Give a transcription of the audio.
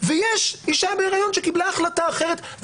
ויש אישה בהריון שקיבלה החלטה אחרת.